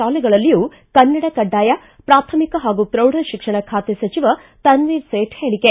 ಶಾಲೆಗಳಲ್ಲಿಯೂ ಕನ್ನಡ ಕಡ್ಡಾಯ ಪ್ರಾಥಮಿಕ ಹಾಗೂ ಪ್ರೌಢಶಿಕ್ಷಣ ಖಾತೆ ಸಚಿವ ತನ್ವೀರ್ ಸೇಠ್ ಹೇಳಿಕೆ